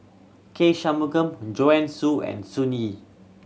K Shanmugam Joanne Soo and Sun Yee